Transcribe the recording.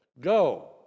go